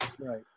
right